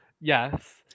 Yes